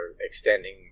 extending